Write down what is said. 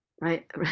right